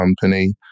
company